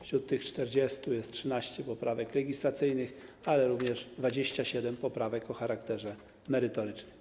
Wśród tych 40 jest 13 poprawek legislacyjnych, ale również 27 poprawek o charakterze merytorycznym.